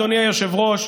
אדוני היושב-ראש,